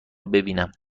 ببینم